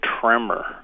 tremor